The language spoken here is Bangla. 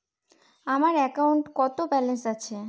আমার অ্যাকাউন্টে কত ব্যালেন্স আছে?